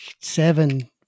seven